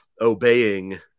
obeying